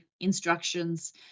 instructions